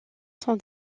son